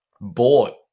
bought